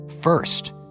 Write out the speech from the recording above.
First